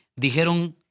dijeron